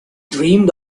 dreamed